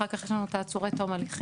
אחר כך יש לנו את עצורי תום ההליכים.